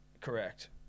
Correct